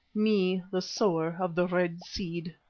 me the sower of the seed!